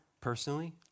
personally